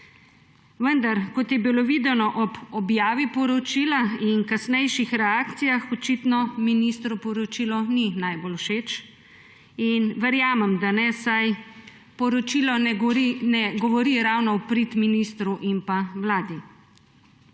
Vendar kot je bilo videno ob objavi poročila in kasnejših reakcijah, očitno ministru poročilo ni najbolj všeč. Verjamem, da ne, saj poročilo ne govori ravno v prid ministru in Vladi.